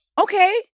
Okay